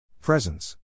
Presence